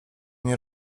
nie